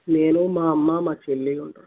నేను మా అమ్మ మా చెల్లి ఉంటాము